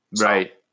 Right